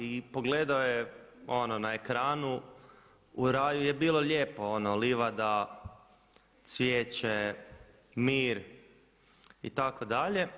I pogledao je ono na ekranu u raju je bilo lijepo ono livada, cvijeće, mir itd.